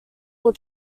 will